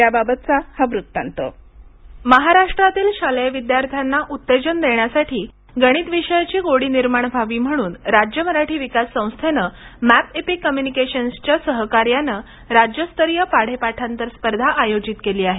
त्याबाबतचा हा वृत्तात महाराष्ट्रातील शालेय विद्यार्थ्यांना उत्तेजन देण्यासाठी गणित विषयाची गोडी निर्माण व्हावी म्हणून राज्य मराठी विकास संस्थेनं मॅप एपिक कम्यूनिकेशन्सच्या सहकार्यानं राज्यस्तरीय पाढे पाठांतर स्पर्धा आयोजित केली आहे